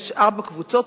יש ארבע קבוצות,